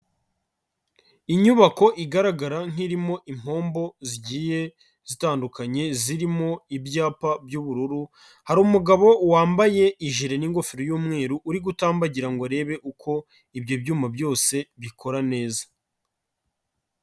Inyubako igaragara nk'irimo impombo zigiye zitandukanye, zirimo ibyapa by'ubururu, hari umugabo wambaye ijire n'ingofero y'umweru uri gutambagira ngo arebe uko ibyo byuma byose bikora neza.